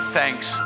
thanks